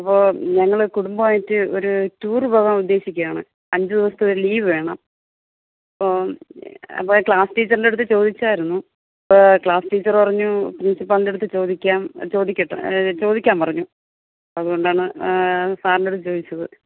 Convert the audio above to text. അപ്പോൾ ഞങ്ങൾ കുടുംബം ആയിട്ട് ഒരു ടൂറ് പോവാൻ ഉദ്ദേശിക്കുകയാണ് അഞ്ചു ദിവസത്തെ ഒരു ലീവ് വേണം അപ്പം അപ്പം ക്ലാസ്സ് ടീച്ചറിൻ്റെ അടുത്ത് ചോദിച്ചിരുന്നു അപ്പോൾ ക്ലാസ്സ് ടീച്ചറ് പറഞ്ഞു പ്രിൻസിപ്പാളിൻ്റെ അടുത്ത് ചോദിക്കാം ചോദിക്കട്ടെ ചോദിക്കാൻ പറഞ്ഞു അതുകൊണ്ടാണ് സാറിനോട് ചോദിച്ചത്